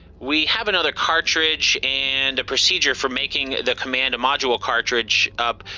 we have another cartridge and a procedure for making the command module cartridge, up.